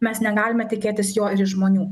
mes negalime tikėtis jo ir iš žmonių